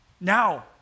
now